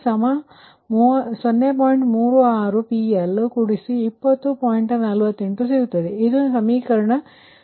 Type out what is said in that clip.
48 ಸಿಗುತ್ತದೆ ಇದು ಸಮೀಕರಣ 3 ಆಗಿದೆ